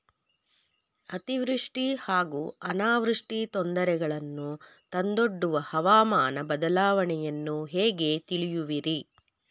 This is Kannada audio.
ಅತಿವೃಷ್ಟಿ ಹಾಗೂ ಅನಾವೃಷ್ಟಿ ತೊಂದರೆಗಳನ್ನು ತಂದೊಡ್ಡುವ ಹವಾಮಾನ ಬದಲಾವಣೆಯನ್ನು ಹೇಗೆ ತಿಳಿಯುವಿರಿ?